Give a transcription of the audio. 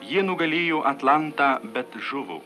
jie nugalėjo atlantą bet žuvo